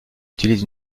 utilise